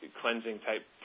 cleansing-type